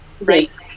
right